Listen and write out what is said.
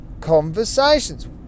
conversations